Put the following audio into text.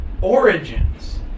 Origins